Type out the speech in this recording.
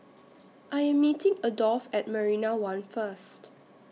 I Am meeting Adolf At Marina one First